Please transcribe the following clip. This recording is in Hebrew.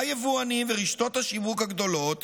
היבואנים ורשתות השיווק הגדולות